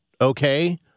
okay